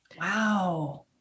Wow